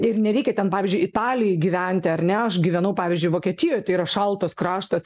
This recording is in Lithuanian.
ir nereikia ten pavyzdžiui italijoj gyventi ar ne aš gyvenau pavyzdžiui vokietijoj tai yra šaltas kraštas